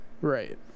Right